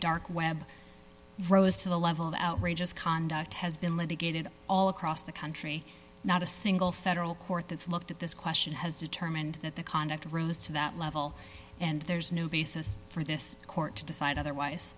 dark web rose to the level of outrageous conduct has been litigated all across the country not a single federal court that's looked at this question has determined that the conduct rose to that level and there's no basis for this court to decide otherwise